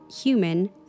human